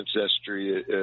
ancestry